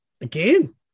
again